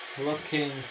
looking